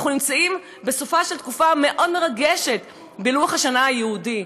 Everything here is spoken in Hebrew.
אנחנו נמצאים בסופה של תקופה מאוד מרגשת בלוח השנה היהודי.